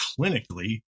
clinically